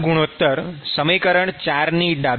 આ ગુણોત્તર સમીકરણ ૪ ની ડા